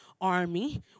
army